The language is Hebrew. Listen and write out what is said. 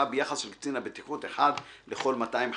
ביחס של קצין בטיחות אחד לכל 250 נהגים,".